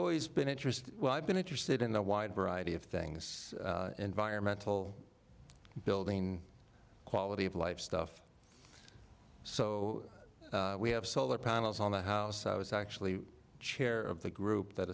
always been interested well i've been interested in a wide variety of things environmental building quality of life stuff so we have solar panels on the house i was actually chair of the group that